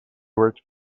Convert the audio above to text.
worked